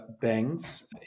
banks